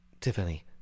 Tiffany